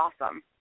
awesome